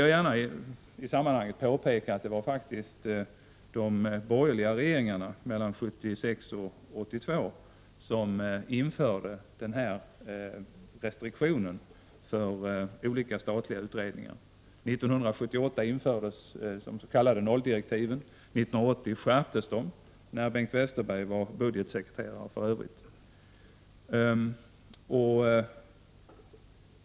I det sammanhanget vill jag gärna framhålla att det faktiskt var de borgerliga regeringarna mellan 1976 och 1982 som införde restriktionen för olika statliga utredningar. År 1978 infördes de s.k. nolldirektiven. År 1980 skärptes de — för övrigt när Bengt Westerberg var budgetsekreterare.